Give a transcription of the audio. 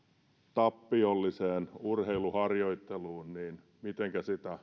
tappiolliseen urheiluharjoitteluun